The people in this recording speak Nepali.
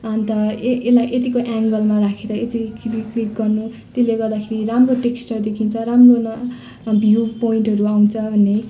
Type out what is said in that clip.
अन्त ए यसलाई यतिको एङ्गलमा राखेर यसरी क्लिक गर्नु त्यसले गर्दाखेरि राम्रो टेक्स्चर देखिन्छ राम्रो न भ्यु पोइन्टहरू आउँछ भन्ने